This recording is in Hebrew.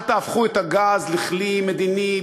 אל תהפכו את הגז לכלי מדיני,